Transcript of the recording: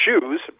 shoes